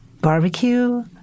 Barbecue